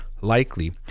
likely